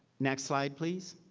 next slide, please.